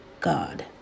God